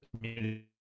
community